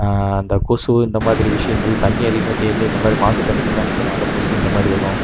அந்தக் கொசு இந்தமாதிரி விஷயங்கள் தண்ணி அதிகமாக தேங்கி இந்தமாதிரி மாசு தண்ணிகளெலாம் நிற்கிறனால கொசு இந்தமாதிரி வரும்